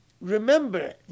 Remember